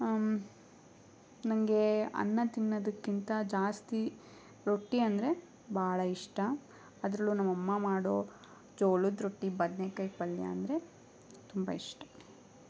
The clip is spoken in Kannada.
ನನಗೆ ಅನ್ನ ತಿನ್ನೋದಕ್ಕಿಂತ ಜಾಸ್ತಿ ರೊಟ್ಟಿ ಅಂದರೆ ಬಹಳ ಇಷ್ಟ ಅದರಲ್ಲು ನಮ್ಮಮ್ಮ ಮಾಡೋ ಜೋಳದ ರೊಟ್ಟಿ ಬದ್ನೇಕಾಯಿ ಪಲ್ಯ ಅಂದರೆ ತುಂಬ ಇಷ್ಟ